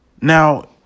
Now